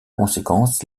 conséquence